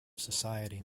society